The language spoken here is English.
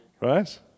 Right